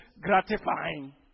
gratifying